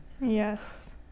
Yes